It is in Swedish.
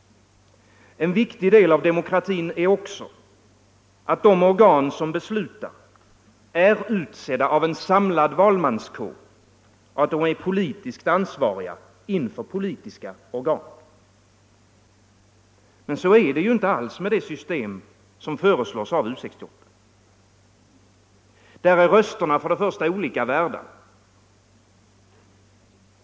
En viktig del av demokratin är också, att de organ som beslutar är utsedda av en samlad valmanskår och att de är politiskt ansvariga inför politiska organ. Men så är det inte alls med det system som föreslås av U 68. Där är rösterna för det första olika värda.